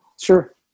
Sure